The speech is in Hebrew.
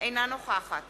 אינה נוכחת